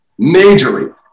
majorly